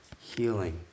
healing